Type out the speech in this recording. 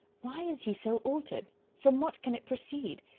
why is he so altered? from what can it proceed?